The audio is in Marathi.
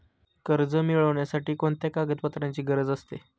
कर्ज मिळविण्यासाठी कोणत्या कागदपत्रांची गरज असते?